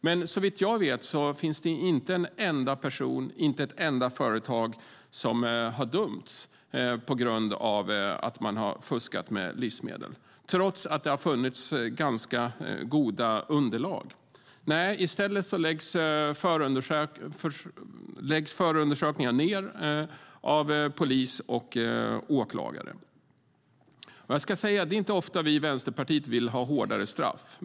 Men såvitt jag vet finns det inte en enda person, inte ett enda företag som har dömts på grund av att man har fuskat med livsmedel - trots att det har funnits ganska goda underlag. Nej, i stället läggs förundersökningar ned av polis och åklagare. Det är inte ofta vi i Vänsterpartiet vill ha hårdare straff.